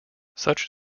such